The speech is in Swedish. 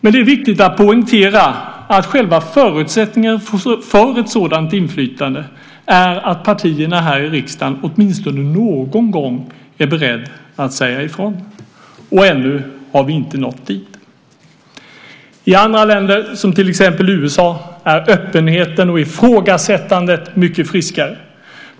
Men det är viktigt att poängtera att själva förutsättningen för ett sådant inflytande är att partierna här i riksdagen åtminstone någon gång är beredda att säga ifrån. Ännu har vi inte nått dit. I andra länder, till exempel i USA, är öppenheten och ifrågasättandet mycket friskare.